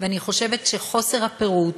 ואני חושבת שחוסר הפירוט